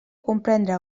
comprendre